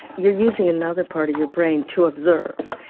you're using another part of your brain to observe.